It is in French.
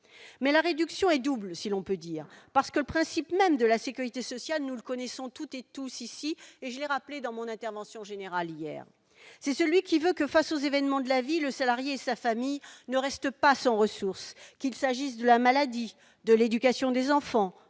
mais la réduction est double, si l'on peut dire, parce que le principe même de la Sécurité sociale, nous le connaissons toutes et tous ici et j'ai appelé dans mon intervention générale hier, c'est celui qui veut que, face aux événements de la vie, le salarié et sa famille ne reste pas sans ressources, qu'il s'agisse de la maladie de l'éducation des enfants,